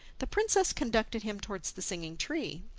the princess conducted him towards the singing tree.